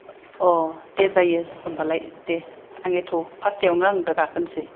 अ' दे जायो होनब्लालाय दे आं एथ' पासतायावनो आं गाखोनोसै